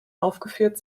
aufgeführt